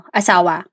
asawa